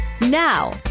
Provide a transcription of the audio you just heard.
Now